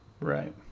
right